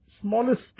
smallest